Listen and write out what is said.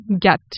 get